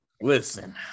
listen